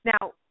Now